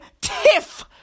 tiff